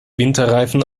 winterreifen